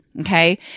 Okay